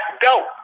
dope